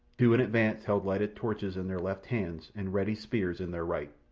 two in advance held lighted torches in their left hands and ready spears in their right.